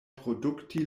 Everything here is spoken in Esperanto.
produkti